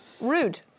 Rude